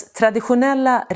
traditionella